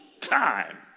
time